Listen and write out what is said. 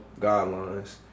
guidelines